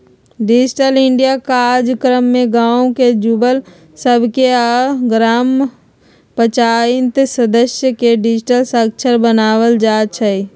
digital India काजक्रम में गाम के जुवक सभके आऽ ग्राम पञ्चाइत सदस्य के डिजिटल साक्षर बनाएल जाइ छइ